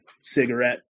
cigarette